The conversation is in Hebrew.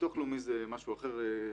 ביטוח לאומי זה משהו אחר.